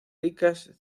ricas